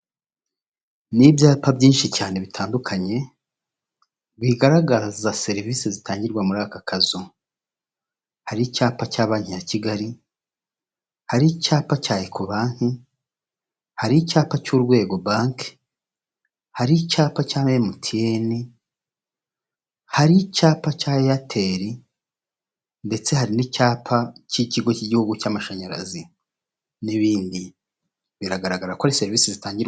Ni ibyapa byinshi cyane bitandukanye, bigaragaza serivisi zitangirwa muri aka kazu, hari icyapa cya Banki ya Kigali, hari icyapa cya Eco-Banki, hari icyapa cy'Urwego Banki, hari icyapa cya MTN, hari icyapa cya Airtel ndetse hari n'icyapa cy'Ikigo cy'Igihugu cy'Amashanyarazi n'ibindi, biragaragara kuri serivisi zitangirwa...